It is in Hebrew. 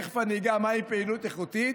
תיכף אגע מהי פעילות איכותית,